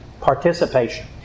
participation